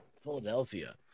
Philadelphia